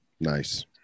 nice